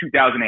2008